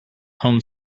home